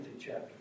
chapter